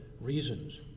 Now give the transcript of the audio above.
reasons